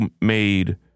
made